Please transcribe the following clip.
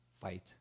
fight